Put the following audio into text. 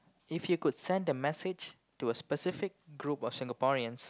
if you could a send a message to a specific group of Singaporeans